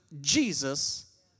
Jesus